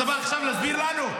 אתה בא עכשיו להסביר לנו?